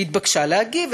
והיא התבקשה להגיב,